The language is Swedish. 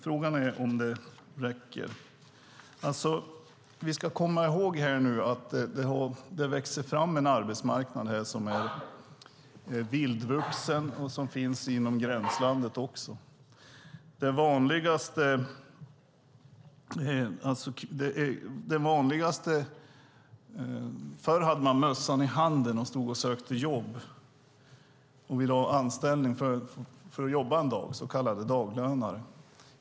Frågan är om det räcker. Vi ska komma ihåg att det växer fram en arbetsmarknad som är vildvuxen och som delvis finns inom gränslandet. Förr gick man med mössan i handen och sökte jobb om man ville jobba en dag, som en så kallad daglönare.